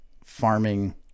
farming